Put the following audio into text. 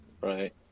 Right